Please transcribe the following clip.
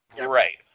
Right